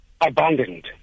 abandoned